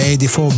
84